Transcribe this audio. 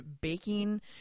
Baking